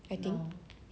err hmm